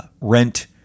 rent